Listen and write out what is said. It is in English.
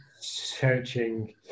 searching